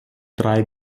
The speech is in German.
drei